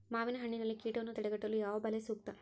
ಮಾವಿನಹಣ್ಣಿನಲ್ಲಿ ಕೇಟವನ್ನು ತಡೆಗಟ್ಟಲು ಯಾವ ಬಲೆ ಸೂಕ್ತ?